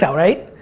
so right?